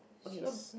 so